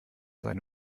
seine